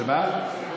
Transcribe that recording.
שמה?